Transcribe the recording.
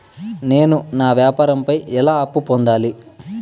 నేను నా వ్యాపారం పై ఎలా అప్పు పొందాలి?